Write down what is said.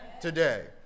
today